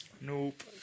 Nope